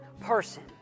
person